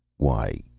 why,